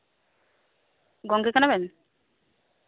ᱜᱚᱝᱠᱮ ᱠᱟᱱᱟᱵᱮᱱ